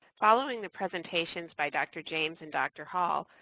following the presentations by dr. james and dr. hall,